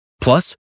Plus